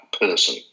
person